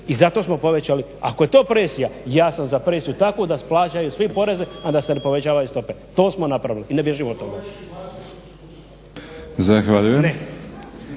i zato ste povećali. Ako je to presija, ja sam za presiju takvu da plaćaju svi poreze, odnosno povećavaju stope. To smo napravili i ne bježimo od toga.